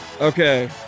Okay